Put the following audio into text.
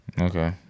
Okay